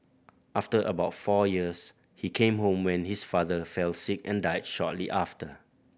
after about four years he came home when his father fell sick and died shortly after